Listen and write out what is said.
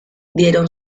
dieron